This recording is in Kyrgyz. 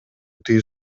тыюу